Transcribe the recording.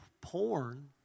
porn